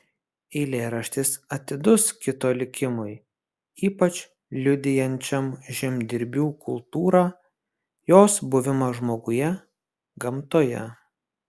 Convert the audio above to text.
eilėraštis atidus kito likimui ypač liudijančiam žemdirbių kultūrą jos buvimą žmoguje gamtoje